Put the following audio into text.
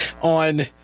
on